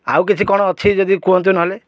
ଆଉ କିଛି କ'ଣ ଅଛି ଯଦି କୁହନ୍ତୁ ନହେଲେ